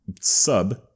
sub